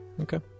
Okay